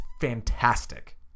fantastic